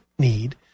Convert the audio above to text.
need